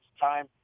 time